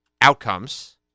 outcomes